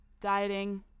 dieting